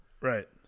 Right